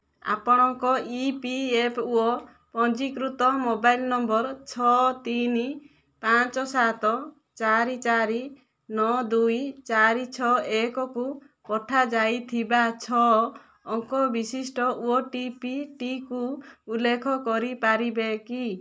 ଆପଣଙ୍କ E P F O ପଞ୍ଜୀକୃତ mobile number ଛଅ ତିନି ପାଞ୍ଚ ସାତ ଚାରି ଚାରି ନଅ ଦୁଇ ଚାରି ଛଅ ଏକ କୁ ପଠାଯାଇଥିବା ଛଅ ଅଙ୍କ ବିଶିଷ୍ଟ ଓ ଟି ପି ଟିକୁ ଉଲ୍ଲେଖ କରିପାରିବେ କି